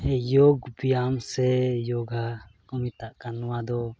ᱭᱳᱜᱽ ᱵᱮᱭᱟᱢ ᱥᱮ ᱡᱳᱜᱟ ᱠᱚ ᱢᱮᱛᱟᱜ ᱠᱟᱱ ᱱᱚᱣᱟ ᱫᱚ